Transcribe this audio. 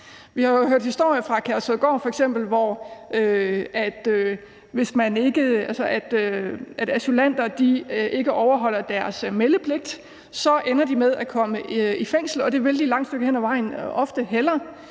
Vi har jo f.eks. hørt historier fra Kærshovedgård, hvor asylanter, hvis de ikke overholder deres meldepligt, ender med at komme i fængsel, og det vil de et langt stykke hen ad vejen ofte hellere,